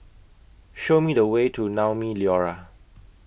Show Me The Way to Naumi Liora